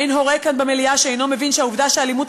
אין הורה כאן במליאה שאינו מבין שהעובדה שהאלימות